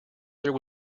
there